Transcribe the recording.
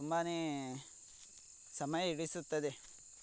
ತುಂಬಾ ಸಮಯ ಹಿಡಿಸುತ್ತದೆ